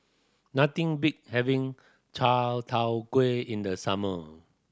nothing beats having chai tow kway in the summer